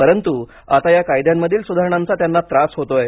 परंतु आता या कायद्यांमधील सुधारणांचा त्यांना त्रास होतोय